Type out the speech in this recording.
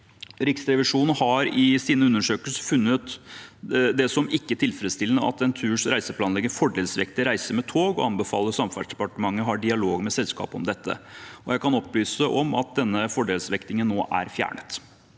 Riksrevisjonen har i sin undersøkelse funnet det «ikke tilfredsstillende» at Enturs reiseplanlegger fordelsvekter reiser med tog, og anbefaler at Samferdselsdepartementet har dialog med selskapet om dette. Jeg kan opplyse om at denne fordelsvektingen nå er fjernet.